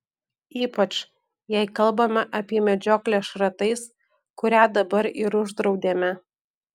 ypač jei kalbame apie medžioklę šratais kurią dabar ir uždraudėme